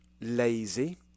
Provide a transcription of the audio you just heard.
lazy